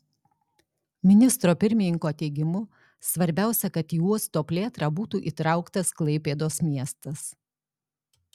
ministro pirmininko teigimu svarbiausia kad į uosto plėtrą būtų įtrauktas klaipėdos miestas